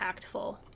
impactful